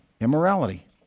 immorality